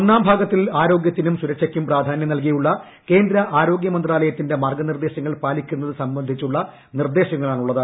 ഒന്നാം ഭാഗത്തിൽ ആരോഗ്യത്തിനും സുരക്ഷയ്ക്കും പ്രാധാന്യം നൽകിയുള്ള കേന്ദ്ര ആരോഗ്യമന്ത്രാലയ ത്തിന്റെ മാർഗ്ഗനിർദ്ദേശങ്ങൾ പാലിക്കുന്നത് സംബന്ധിച്ചുള്ള നിർദ്ദേശങ്ങളാണ് ഉള്ളത്